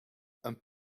een